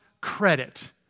credit